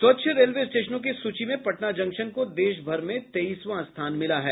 स्वच्छ रेलवे स्टेशनों की सूची में पटना जंक्शन को देश भर में तेईसवा स्थान मिला है